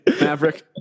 Maverick